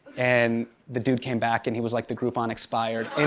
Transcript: and the dude came back and he was like, the groupon expired. and